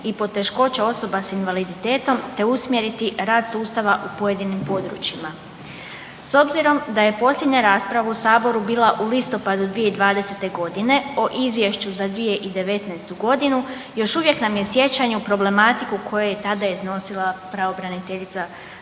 i poteškoće osoba s invaliditetom te usmjeriti rad sustava u pojedinim područjima. S obzirom da je posljednja rasprava u Saboru bila u listopadu 2020. g. o Izvješću za 2019. g., još uvijek nam je sjećanje u problematiku koje je tada iznosila pravobraniteljica za